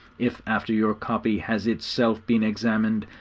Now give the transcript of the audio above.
if, after your copy has itself been examined,